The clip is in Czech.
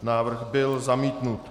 Návrh byl zamítnut.